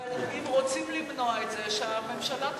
אבל אם רוצים למנוע את זה, שהממשלה תשפה.